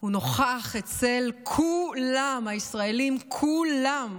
הוא נוכח אצל כולם, הישראלים כולם: